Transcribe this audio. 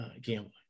gambling